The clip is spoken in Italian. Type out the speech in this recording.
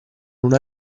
una